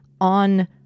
on